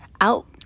out